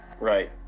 Right